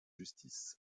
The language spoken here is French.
justice